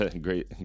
great